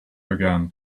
began